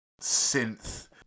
synth